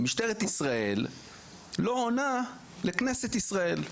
משטרת ישראל לא עונה לכנסת ישראל,